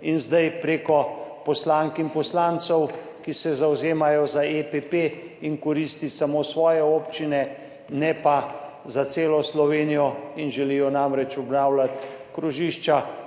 in zdaj preko poslank in poslancev, ki se zavzemajo za EPP in koristi samo svoje občine ne pa za celo Slovenijo, želijo obnavljati krožišča,